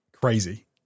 Crazy